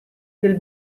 del